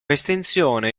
estensione